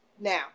Now